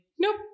nope